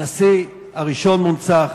הנשיא הראשון מונצח,